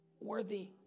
worthy